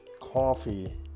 coffee